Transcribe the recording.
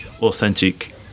authentic